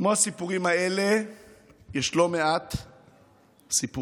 כמו הסיפורים האלה יש לא מעט סיפורים.